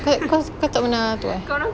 course kau tak pernah tu eh